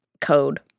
code